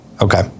Okay